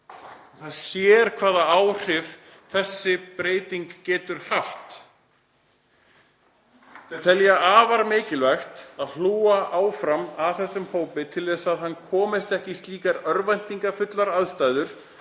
Það sér hvaða áhrif þessi breyting getur haft. „Við teljum afar mikilvægt að hlúa áfram að þessum hópi til þess að hann komist ekki í slíkar örvæntingarfullar aðstæður